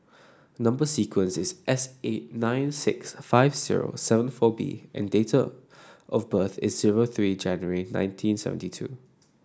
number sequence is S eight nine six five zero seven four B and date of birth is zero three January nineteen seventy two